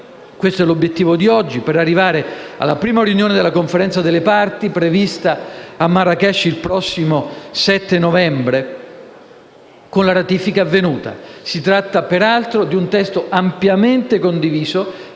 questo è l'obiettivo odierno - per arrivare alla prima riunione della Conferenza delle parti, prevista a Marrakech per il prossimo 7 novembre, con la ratifica avvenuta. Si tratta peraltro di un testo ampiamente condiviso,